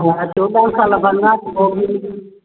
हा चोॾहां साल वनवास उहे बि